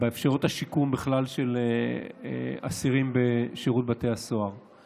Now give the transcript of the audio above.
באפשרויות השיקום של אסירים בשירות בתי הסוהר בכלל.